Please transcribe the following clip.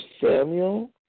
Samuel